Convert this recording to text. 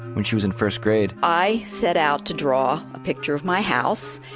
when she was in first grade i set out to draw a picture of my house.